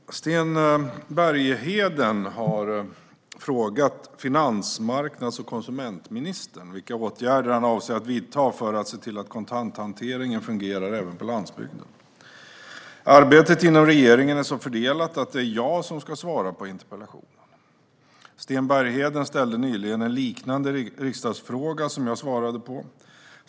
Fru talman! Sten Bergheden har frågat finansmarknads och konsumentministern vilka åtgärder han avser att vidta för att se till att kontanthanteringen fungerar även på landsbygden. Arbetet inom regeringen är så fördelat att det är jag som ska svara på interpellationen. Sten Bergheden ställde nyligen en liknande riksdagsfråga, som jag svarade på.